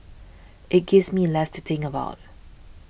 it gives me less to think about